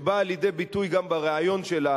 שבאה לידי ביטוי גם בריאיון שלה,